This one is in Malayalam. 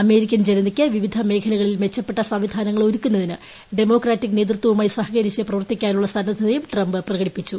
അമേരിക്കൻ ജനതയ്ക്ക് വിവിധ മേഖലകളിൽ മെച്ചപ്പെട്ട സംവിധാനങ്ങൾ ഒരുക്കുന്നതിന് ഡെമോക്രാറ്റിക് നേതൃത്വവുമായി സഹകരിച്ച് പ്രവർത്തിക്കാനുള്ള സന്നദ്ധതയും ട്രംപ് പ്രകടിപ്പിച്ചു